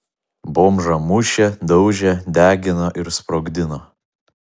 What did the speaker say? bomžą mušė daužė degino ir sprogdino